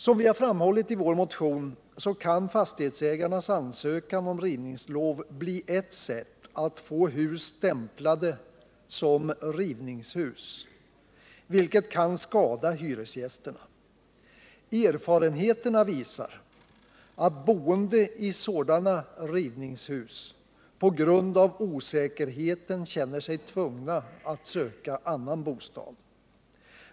Som vi framhållit i vår motion kan fastighetsägarnas ansökan om rivningslov bli ett sätt att få hus stämplade som ”rivningshus”, vilket kan skada hyresgästerna. Erfarenheterna visar att boende i sådana ”rivningshus” på grund av osäkerheten känner sig tvungna att söka annan bostad.